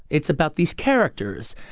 it's about these characters.